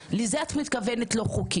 לזה את מתכוונת כשאת אומרת שהוא לא חוקי?